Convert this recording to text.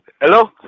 Hello